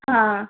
ಹಾಂ